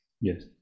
Yes